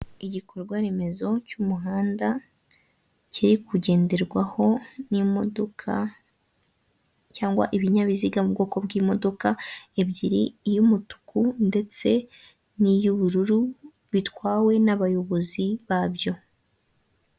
Igikorwa remezo cy'umuhanda kiri kugenderwaho n'imodoka cyangwa ibinyabiziga mu bwoko bw'imodoka ebyiri, iy'umutuku ndetse n'iy'ubururu, bitwawe n'abayobozi babyo.